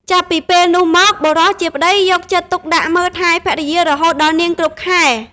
ចាប់ពីពេលនោះមក បុរសជាប្តីយកចិត្តទុកដាក់មើលថែភរិយារហូតដល់ នាងគ្រប់ខែ ។